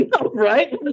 Right